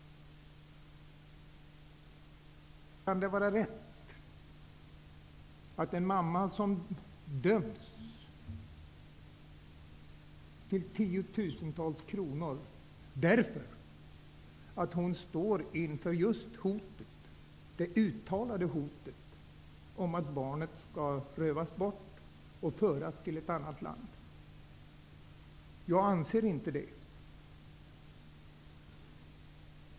Kan det vara rätt att en mamma döms att betala tiotusentals kronor därför att hon står inför just det uttalade hotet om att barnet skall rövas bort och föras till ett annat land? Jag anser inte det.